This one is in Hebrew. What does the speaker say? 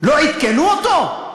לא עדכנו אותו?